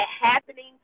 happening